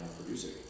producing